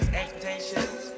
expectations